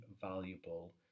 valuable